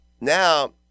Now